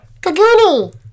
Kaguni